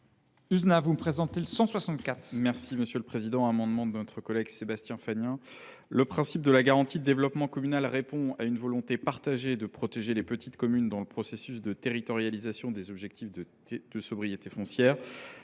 Le principe de la garantie de développement communal répond à une volonté partagée de protéger les petites communes dans le processus de territorialisation des objectifs de sobriété foncière.